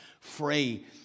free